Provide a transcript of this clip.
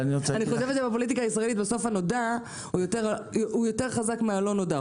אני חושבת שבפוליטיקה הישראלית בסוף הנודע הוא יותר חזק מה-לא נודע.